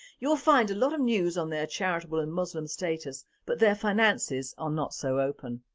you will find a lot of news on their charitable and muslim status but their finances are not so open.